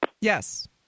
Yes